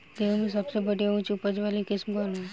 गेहूं में सबसे बढ़िया उच्च उपज वाली किस्म कौन ह?